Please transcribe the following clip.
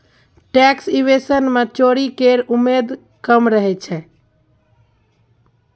tax evasion मे चोरी केर उमेद कम रहय छै